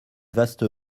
vaste